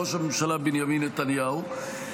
בראש הממשלה בנימין נתניהו.